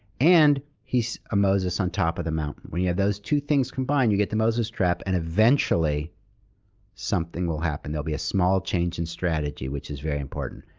and he's a moses on top of the mountain. when you have those two things combined, you get the moses trap, and eventually something will happen. there'll be a small change in strategy, which is very important.